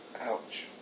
Ouch